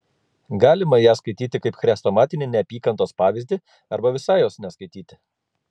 galima ją skaityti kaip chrestomatinį neapykantos pavyzdį arba visai jos neskaityti